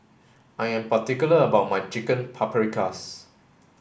I am particular about my Chicken Paprikas